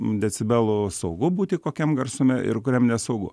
decibelų saugu būti kokiam garsume ir kuriam nesaugu